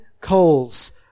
coals